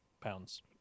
pounds